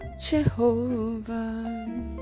Jehovah